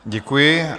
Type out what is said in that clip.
Děkuji.